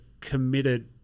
committed